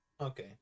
Okay